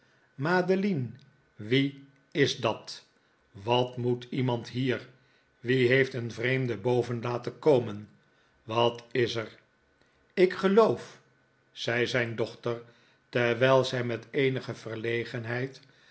madeline wie is dat wat moet iemand hier wie heeft een vreemde boven laten komen wat is er ik geloof zei zijn dochter terwijl zij met eenige